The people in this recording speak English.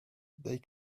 they